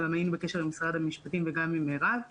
וגם היינו בקשר עם משרד המשפטים ועם מירב ישראלי.